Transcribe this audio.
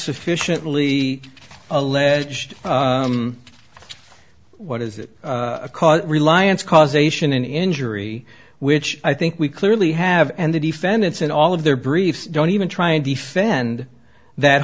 sufficiently alleged what is it a cause reliance causation an injury which i think we clearly have and the defendants in all of their briefs don't even try and defend that